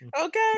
okay